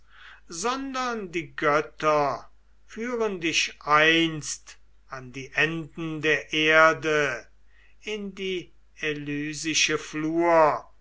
sondern die götter führen dich einst an die enden der erde in die elysische